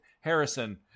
Harrison